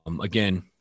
again